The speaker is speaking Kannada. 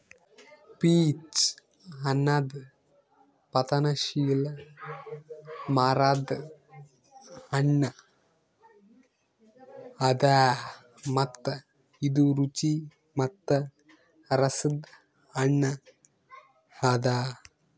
ಪೀಚ್ ಅನದ್ ಪತನಶೀಲ ಮರದ್ ಹಣ್ಣ ಅದಾ ಮತ್ತ ಇದು ರುಚಿ ಮತ್ತ ರಸದ್ ಹಣ್ಣ ಅದಾ